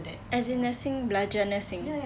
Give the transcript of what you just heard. as in nursing belajar nursing